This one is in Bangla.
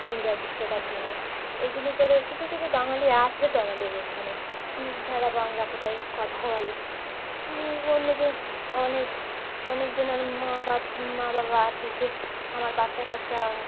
ইংরাজি শেখার জন্য ওই জন্য করে কিছু কিছু বাঙালি আছে তো আমাদের এখানে যারা বাংলা কোথায় কথা বলে অন্যজন অনেক অনেকজন আর মা বা মা বাবা আছে যে আমার বাচ্চা কাচ্চা